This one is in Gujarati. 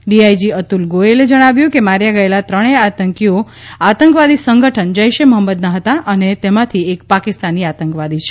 ડીઆઈજી અતુલ ગોયલે જણાવ્યું કે માર્યા ગયેલા ત્રણેય આતંકીઓ આતંકવાદી સંગઠન જેશ એ મોહમદના હતા અને તેમાંથી એક પાકિસ્તાની આતંકવાદી છે